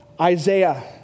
Isaiah